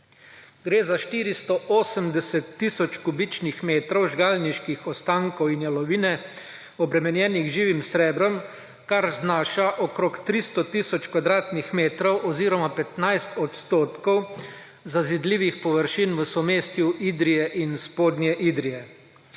Gre za 480 tisoč kubičnih metrov žgalniških ostankov in jalovine, obremenjenih z živim srebrom, kar znaša okoli 300 tisoč kvadratnih metrov oziroma 15 odstotkov zazidljivih površin v somestju Idrije in Spodnje Idrije.